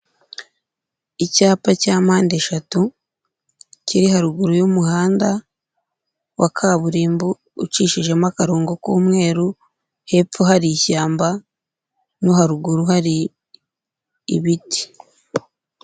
Icyapa cya mpande eshatu, kiri haruguru y'umuhanda wa kaburimbo ucishijemo akarongo k'umweru, hepfo hari ishyamba no haruguru hari ibiti.